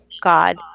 God